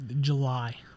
July